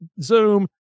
Zoom